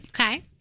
Okay